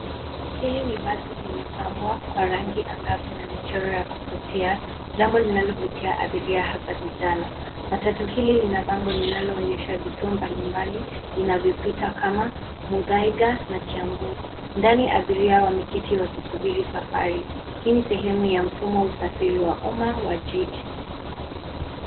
Hili basi limepambwa kwa rangi angavu na mchoro ya kufutia jambo linalo futia abiria hasa vijana. Matutu hili lina bango linalo onyesha vituo mbali mbali linalopita kama Muthaika na Kiambu. Ndani abiria wameketi wakisubiri safari. Hii ni sehemu ya mfumo wa usafiri wa umma wa jiji.